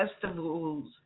festivals